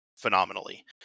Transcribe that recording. Phenomenally